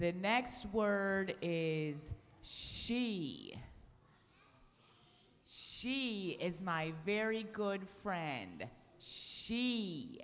the next word is she she is my very good friend she